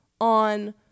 on